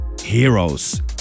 heroes